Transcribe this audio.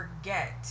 forget